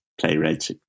playwrights